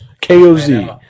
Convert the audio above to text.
K-O-Z